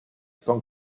con